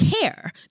care